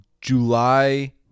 July